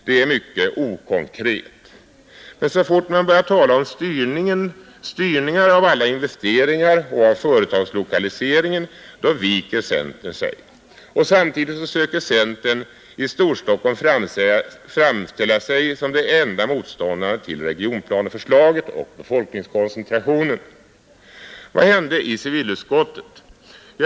Det är mycket okonkret. Men så fort man börjar tala om styrningar av alla investeringar och av företagslokaliseringen, viker centern sig. Samtidigt söker centern i Storstockholm framställa sig som den enda motståndaren till regionplaneförslaget och befolkningskoncentrationen. Vad hände då i civilutskottet?